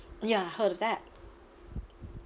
ya heard of that